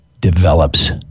develops